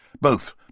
Both